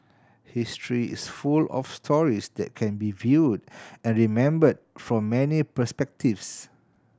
history is full of stories that can be viewed and remembered from many perspectives